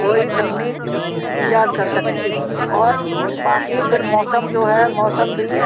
कोई तकनीक ईजाद कर सके और बाक़ी फिर मौसम जो है मौसम भी